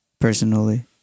Personally